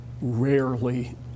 rarely